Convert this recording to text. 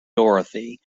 dorothy